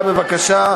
להצבעה.